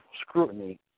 scrutiny